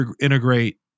integrate